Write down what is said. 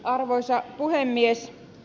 arvoisa puhemies